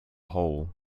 whole